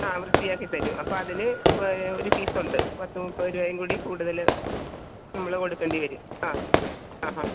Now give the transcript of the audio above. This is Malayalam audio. ആ വൃത്തിയാക്കി തരും അപ്പം അതിന് ഒരു ഫീസ് ഉണ്ട് പത്ത് മുപ്പത് രൂപയും കൂടി കൂടുതൽ നമ്മൾ കൊടുക്കേണ്ടി വരും ആ ആഹാ